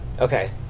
Okay